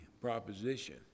proposition